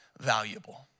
valuable